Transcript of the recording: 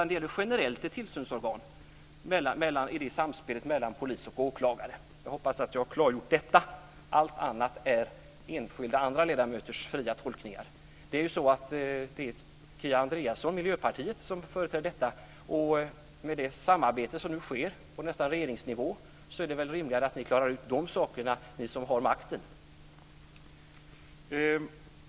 Det gäller ett generellt organ för tillsyn i samspelet mellan polis och åklagare. Jag hoppas att jag har klargjort detta. Allt annat är enskilda ledamöters fria tolkningar. Kia Andreasson, Miljöpartiet, följer detta, och med det samarbete som nu förekommer nästan på regeringsnivå är det väl rimligt att ni som har makten klarar ut de här sakerna.